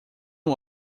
was